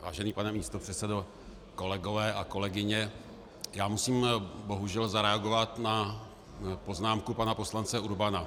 Vážený pane místopředsedo, kolegové a kolegyně, musím bohužel zareagovat na poznámku pana poslance Urbana.